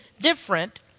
different